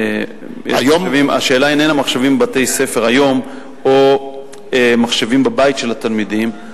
השאלה איננה מחשבים בבתי-ספר היום או מחשבים בבית של התלמידים.